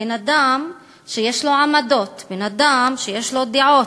בן-אדם שיש לו עמדות, בן-אדם שיש לו דעות,